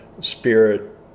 spirit